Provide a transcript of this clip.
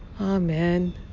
Amen